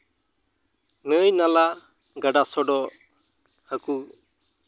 ᱱᱟᱹᱭ ᱱᱟᱞᱟ ᱜᱟᱰᱟ ᱥᱚᱰᱚᱜ ᱦᱟᱹᱠᱩ